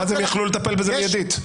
ואז הם יכלו לטפל בזה מידית.